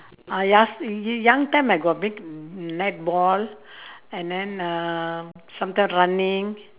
uh las~ y~ y~ young time I got play netball and then uh sometime running